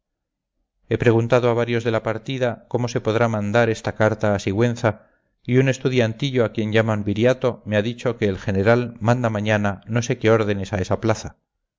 he preguntado a varios de la partida cómo se podrá mandar esta carta a sigüenza y un estudiantillo a quien llaman viriato me ha dicho que el general manda mañana no sé qué órdenes a esa plaza